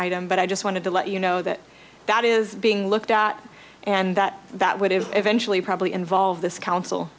item but i just wanted to let you know that that is being looked at and that that would eventually probably involve this council